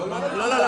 לא לא.